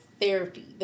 therapy